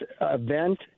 event